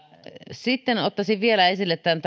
sitten ottaisin vielä esille tämän